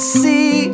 see